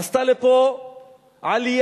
עשתה לפה עלייה